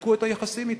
ניתקו את היחסים אתנו.